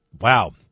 wow